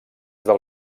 del